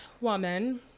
woman